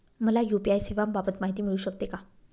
मला यू.पी.आय सेवांबाबत माहिती मिळू शकते का?